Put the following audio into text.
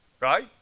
Right